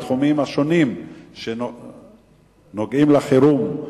בתחומים השונים שנוגעים לחירום,